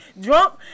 drunk